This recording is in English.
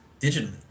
digitally